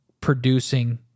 producing